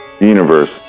Universe